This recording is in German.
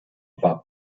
war